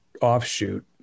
offshoot